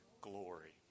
glory